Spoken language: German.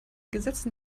gesetzen